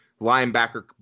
linebacker